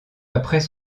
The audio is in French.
après